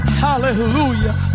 hallelujah